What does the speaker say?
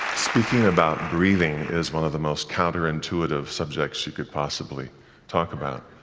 speaking about breathing is one of the most counterintuitive subjects you could possibly talk about